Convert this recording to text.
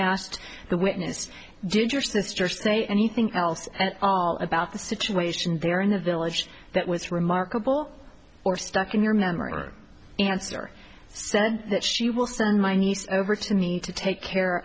asked the witness did your sister say anything else about the situation there in the village that was remarkable or stuck in your memory or answer so that she will send my niece over to me to take care